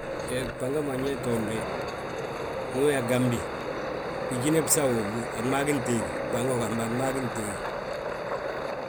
Gbango ma ñe tooni de, ndu yaa Gambi, ngi Jine bisaw wommu a gmaa gí ntéegi, a gamaa gi ntéegi.